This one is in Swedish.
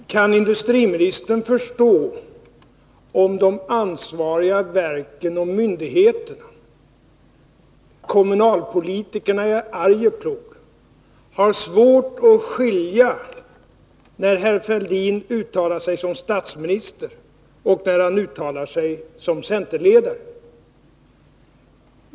Herr talman! Kan industriministern förstå att de ansvariga verken och myndigheterna och kommunalpolitikerna i Arjeplog kan ha svårt att skilja på när herr Fälldin uttalar sig som statsminister och när han uttalar sig som centerledare?